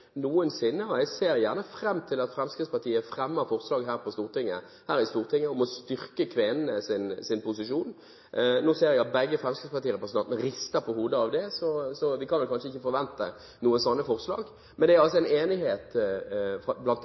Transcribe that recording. noensinne, og jeg ser fram til at Fremskrittspartiet fremmer forslag her i Stortinget om å styrke kvenenes posisjon. Nå ser jeg at begge fremskrittspartirepresentantene rister på hodet, så vi kan vel kanskje ikke forvente noen sånne forslag. Men det er altså enighet blant